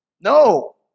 No